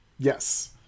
Yes